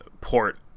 port